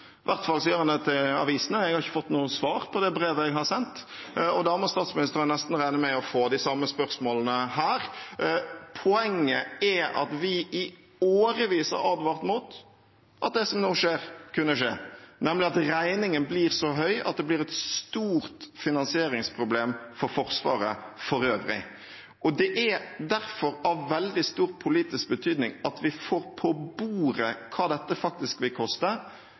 hvert fall gjør han det til avisene. Jeg har ikke fått noe svar på det brevet jeg har sendt. Da må statsministeren nesten regne med å få de samme spørsmålene her. Poenget er at vi i årevis har advart mot at det som nå skjer, kunne skje, nemlig at regningen blir så høy at det blir et stort finansieringsproblem for Forsvaret for øvrig. Det er derfor av veldig stor politisk betydning at vi får på bordet hva dette faktisk vil koste,